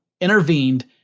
intervened